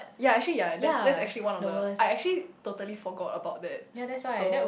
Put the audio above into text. ya actually ya that's that's actually one of the I actually totally forgot about that so